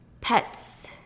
pets